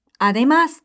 además